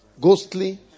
ghostly